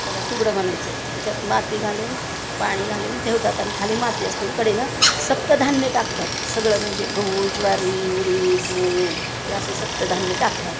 त्याला सुगडं म्हणायचं त्याच्यात माती घालून पाणी घालून ठेवतात आणि खाली माती असते आणि कडेनं सप्तधान्य टाकतात सगळं म्हणजे गहू ज्वारी उडीद मूग हे असे सप्तधान्य टाकतात